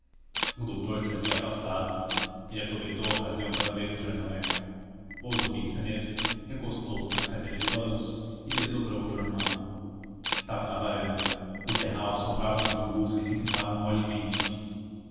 o doutor se havia afastado ele aproveitou a ocasião para ler o jornaleco pôs o pince-nez recostou-se na cadeira de balanço e descobriu o jornal estava na varanda o terral soprava nos bambus que se inclinavam